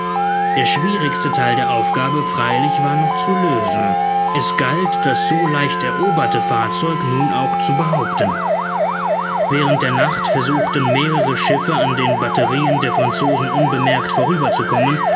der schwierigste theil der aufgabe freilich war noch zu lösen es galt das so leicht eroberte fahrzeug nun auch zu behaupten während der nacht versuchten mehrere schiffe an den batterien der franzosen unbemerkt